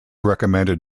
recommended